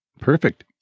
Perfect